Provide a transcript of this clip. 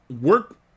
work